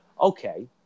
Okay